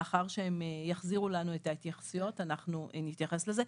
לאחר שהן יחזירו לנו את ההתייחסויות אנחנו נתייחס לזה.